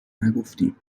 نگفتیم